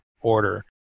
order